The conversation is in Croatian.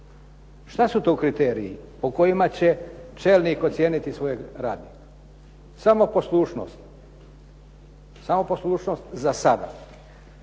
Šta su to kriteriji po kojima će čelnik ocijeniti svoje radnike? Samo poslušnost, samo poslušnost za sada.